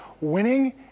winning